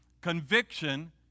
Conviction